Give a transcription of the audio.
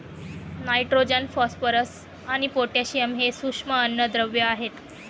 nitrogen, phosphorus आणि potassium हे सूक्ष्म अन्नद्रव्ये आहेत